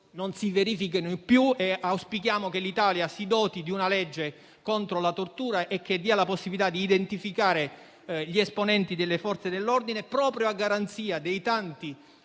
non si verifichino più e auspichiamo che l'Italia si doti di una legge contro la tortura, che dia la possibilità di identificare gli esponenti delle Forze dell'ordine, proprio a garanzia dei tanti